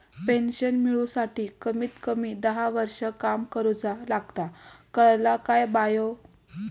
Pension मिळूसाठी कमीत कमी दहा वर्षां काम करुचा लागता, कळला काय बायो?